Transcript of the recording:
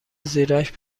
زیرش